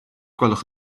gwelwch